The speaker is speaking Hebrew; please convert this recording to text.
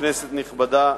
כנסת נכבדה,